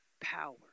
power